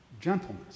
gentleness